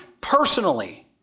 personally